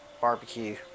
barbecue